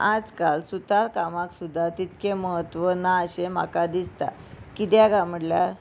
आज काल सुतार कामाक सुद्दां तितकें म्हत्व ना अशें म्हाका दिसता किद्याक काय म्हटल्यार